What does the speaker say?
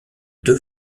deux